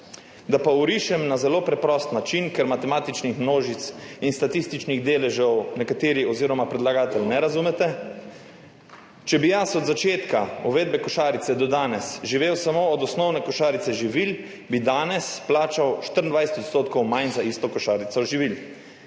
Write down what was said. Da pa orišem na zelo preprost način, ker matematičnih množic in statističnih deležev nekateri oziroma predlagatelj ne razumete – če bi jaz od začetka uvedbe košarice do danes živel samo od osnovne košarice živil, bi danes plačal 24 % manj za isto košarico živil.